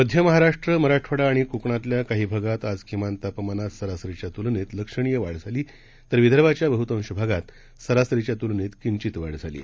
मध्य महाराष्ट्र मराठवाडा आणि कोकणातील काही भागात आज किमान तापमानात सरासरीच्या तुलनेत लक्षणीय वाढ झाली आहे तर विदर्भाच्या बह्तांश भागात सरासरीच्या तुलनेत किंचित वाढ झाली आहे